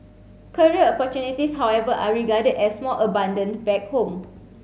career opportunities however are regarded as more abundant back home